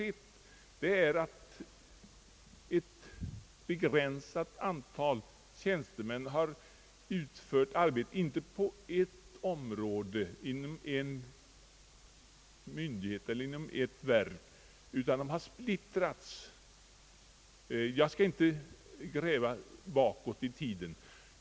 Ett begränsat antal tjänstemän har utfört arbete inte på eit område, inte inom en myndighet eller inom ett verk, utan de har splittrats på flera sådana. Jag skall inte gräva bakåt i tiden.